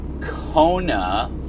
Kona